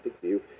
view